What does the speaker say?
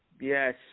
Yes